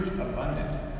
Abundant